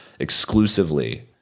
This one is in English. exclusively